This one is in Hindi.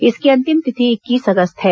इसकी अंतिम तिथि इक्कीस अगस्त है